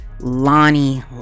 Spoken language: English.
lonnie